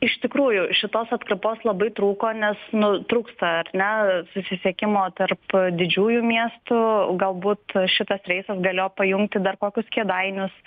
iš tikrųjų šitos atkarpos labai trūko nes nu trūksta ar ne susisiekimo tarp didžiųjų miestų galbūt šitas reisas galėjo pajungti dar kokius kėdainius